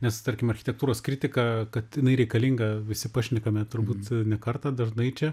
nes tarkim architektūros kritika kad jinai reikalinga visi pašnekame turbūt ne kartą dažnai čia